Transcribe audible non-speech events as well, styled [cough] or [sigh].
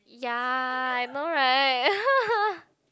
ya I know right [laughs]